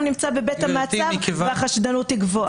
נמצא בבית המעצר והחשדנות היא גבוהה.